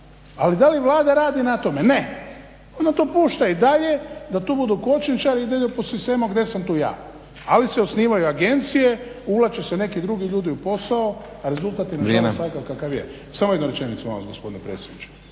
ali da li Vlada radi na tome, ne, ona to pušta i dalje da to budu kočničari i da ide po sistemu gdje sam tu ja. Ali se osnivaju agencije uvlače se neki drugi ljudi u posao a rezultat je nažalost takav kakav je. …/Upadica: Vrijeme./… Samo jednu rečenicu,